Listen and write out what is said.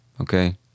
okay